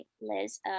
Liz